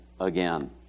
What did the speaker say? again